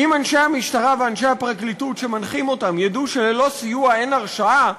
אם אנשי המשטרה ואנשי הפרקליטות שמנחים אותם ידעו שללא סיוע אין הרשעה,